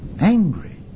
Angry